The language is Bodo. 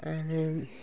आरो